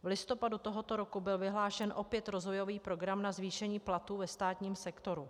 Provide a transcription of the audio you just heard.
V listopadu tohoto roku byl vyhlášen opět rozvojový program na zvýšení platů ve státním sektoru.